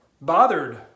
bothered